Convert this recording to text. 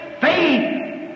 faith